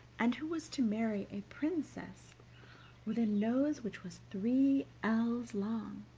and who was to marry a princess with a nose which was three ells long.